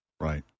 Right